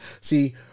See